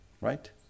Right